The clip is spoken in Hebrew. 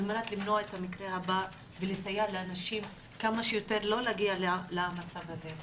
על מנת למנוע את המקרה הבא ולסייע לאנשים כמה שיותר לא להגיע למצב הזה.